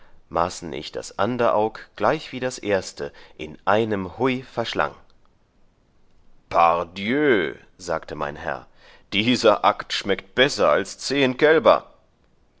maßen ich das ander aug gleichwie das erste in einem hui verschlang par dieu sagte mein herr dieser akt schmeckt besser als zehen kälber